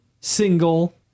single